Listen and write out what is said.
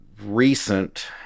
recent